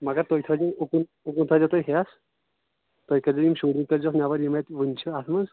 مگر تُہۍ تھٲے زیو اُکُن اُکُن تھٲے زیو تُہۍ ہٮ۪س تُہۍ کٔرۍ زیو یِم شُرۍ وُرۍ کٔرۍ زیوکھ نٮ۪بَر یِم اَتہ ؤنۍ چھِ اَتھ منٛز